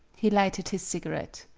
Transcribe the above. he lighted his cigarette.